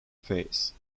phase